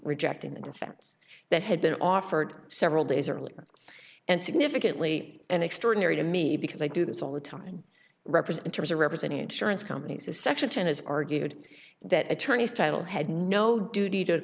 rejecting a defense that had been offered several days earlier and significantly and extraordinary to me because i do this all the time representatives are representing insurance companies a section has argued that attorneys title had no duty to